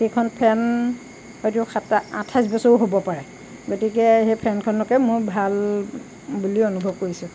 সেইখন ফেন হয়তো আঠাইছ বছৰো হ'ব পাৰে গতিকে সেই ফেনখনকে মই ভাল বুলি অনুভৱ কৰিছোঁ